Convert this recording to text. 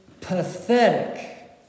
pathetic